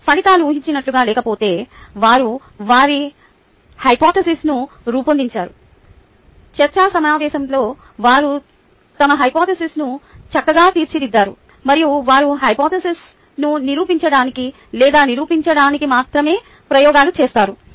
ఫలితాలు ఊహించినట్లుగా లేకపోతే వారు వారి హైపొథేసిస్ను రూపొందించారు చర్చా సమావేశంలో వారు తమ హైపొథేసిస్ను చక్కగా తీర్చిదిద్దారు మరియు వారు హైపొథేసిస్ను నిరూపించడానికి లేదా నిరూపించడానికి మాత్రమే ప్రయోగాలు చేస్తారు